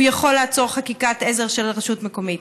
הוא יכול לעצור חקיקת עזר של רשות מקומית.